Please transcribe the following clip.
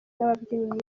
n’ababyinnyi